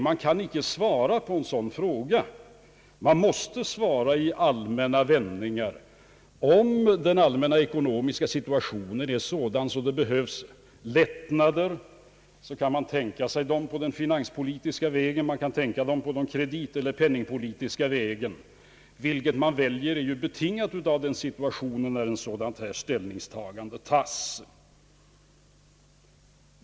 Man kan bara svara i allmänna vändningar. Om den allmänna ekonomiska situationen är sådan att det behövs lättnader, kan man tänka sig att införa dem genom finanspolitiken eller kreditpolitiken. Vilketdera man väljer får betingas av situationen när ett sådant ställningstagande skall göras.